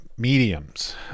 Mediums